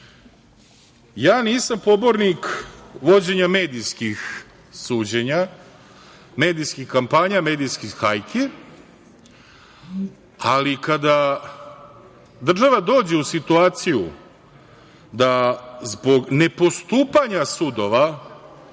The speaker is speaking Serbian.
nisam pobornik vođenja medijskih suđenja, medijskih kampanja, medijske hajke, ali kada država dođe u situaciju da zbog nepostupanja sudova